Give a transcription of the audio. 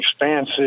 expansive